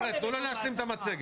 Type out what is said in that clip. --- חבר'ה, תנו לו להשלים את המצגת.